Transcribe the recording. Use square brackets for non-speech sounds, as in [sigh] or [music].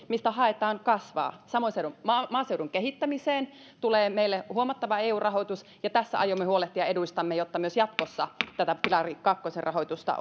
mistä haetaan kasvaa samoin maaseudun kehittämiseen tulee meille huomattava eu rahoitus ja tässä aiomme huolehtia eduistamme jotta myös jatkossa tätä pilari kakkosen rahoitusta [unintelligible]